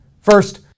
First